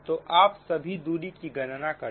तो आप सभी दूरी की गणना करें